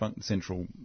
central